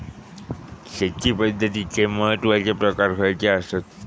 शेती पद्धतीचे महत्वाचे प्रकार खयचे आसत?